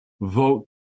vote